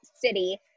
city